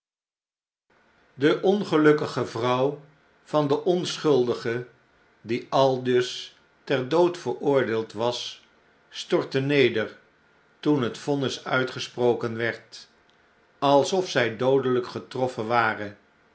de ongelukkige vrouw van den onschuldige die aldus ter dood veroordeeld was stortte neder toen het vonnis uitgesproken werd alsof zij doodeiyk getroffen ware